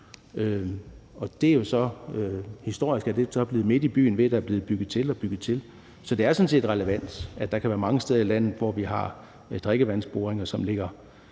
historisk er det så blevet midt i byen, ved at der er blevet bygget til og bygget til. Så det er sådan set relevant, at der kan være mange steder i landet, hvor vi har drikkevandsboringer, som ligger